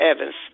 Evans